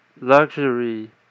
luxury